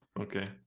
Okay